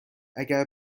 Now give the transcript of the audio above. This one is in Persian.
اگر